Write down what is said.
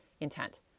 intent